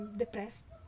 depressed